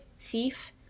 thief